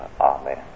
amen